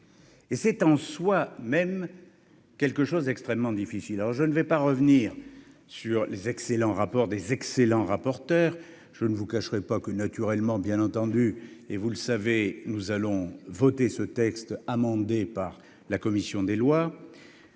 Et c'est en soi-même, quelque chose d'extrêmement difficile, alors je ne vais pas revenir sur les excellents rapports des excellents rapporteurs je ne vous cacherai pas que, naturellement, bien entendu, et vous le savez, nous allons voter ce texte amendé par la commission des lois,